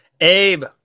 Abe